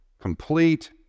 complete